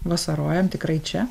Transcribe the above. vasarojam tikrai čia